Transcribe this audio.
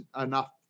enough